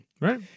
Right